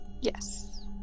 Yes